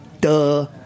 Duh